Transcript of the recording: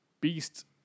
beast